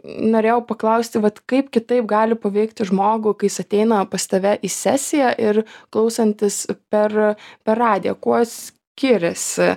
norėjau paklausti vat kaip kitaip gali paveikti žmogų kai jis ateina pas tave į sesiją ir klausantis per per radiją kuo skiriasi